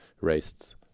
raised